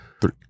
Three